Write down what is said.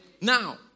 Now